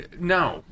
No